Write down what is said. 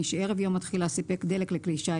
מי שערב יום התחילה יספק דלק לכלי שיט,